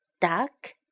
Duck